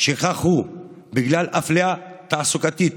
שכך הוא בגלל אפליה תעסוקתית,